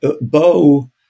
Bo